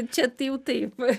čia tai jau taip